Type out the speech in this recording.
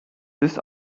this